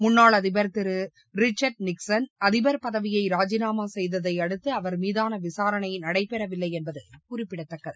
முன்னாள் அதிபர் திரு ரிச்சர்ட் நிக்ஸன் அதிபர் பதவியை ராஜினாமா செய்ததை அடுத்து அவர் மீதான விசாரணை நடைபெறவில்லை என்பது குறிப்பிடத்தக்கது